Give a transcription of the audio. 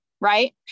Right